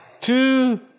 two